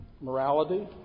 morality